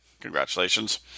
Congratulations